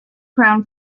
crown